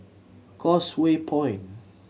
Causeway Point